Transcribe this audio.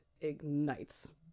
ignites